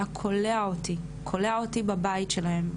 היה כולא אותי בבית שלהם,